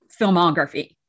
filmography